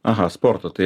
aha sportu tai